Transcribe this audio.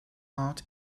out